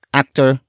actor